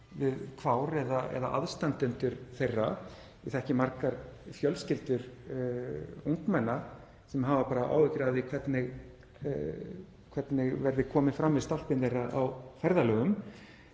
við kvár eða aðstandendur þeirra. Ég þekki margar fjölskyldur ungmenna sem hafa áhyggjur af því hvernig verði komið fram við stálpin þeirra á ferðalögum